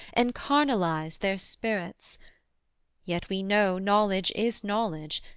encarnalize their spirits yet we know knowledge is knowledge,